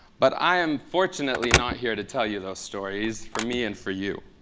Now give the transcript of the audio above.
but i am fortunately not here to tell you those stories, for me and for you.